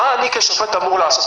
מה אני כשופט אמור לעשות?